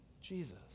Jesus